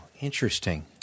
interesting